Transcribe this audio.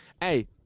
Hey